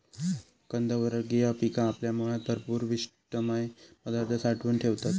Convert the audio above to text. कंदवर्गीय पिका आपल्या मुळात भरपूर पिष्टमय पदार्थ साठवून ठेवतत